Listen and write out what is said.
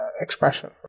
expression